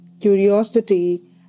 curiosity